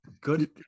Good